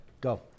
Go